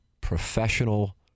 professional